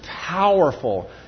powerful